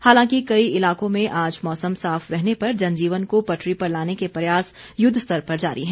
हालांकि कई इलाकों में आज मौसम साफ रहने पर जनजीवन को पटरी पर लाने के प्रयास युद्धस्तर पर जारी हैं